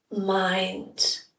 mind